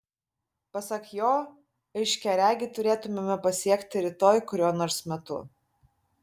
pasak jo aiškiaregį turėtumėme pasiekti rytoj kuriuo nors metu